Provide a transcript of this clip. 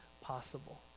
possible